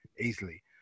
Easily